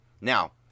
Now